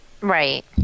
Right